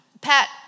Pat